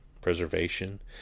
preservation